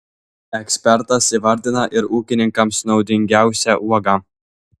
ekspertas įvardina ir ūkininkams naudingiausią uogą